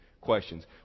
questions